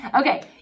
Okay